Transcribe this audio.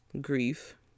Grief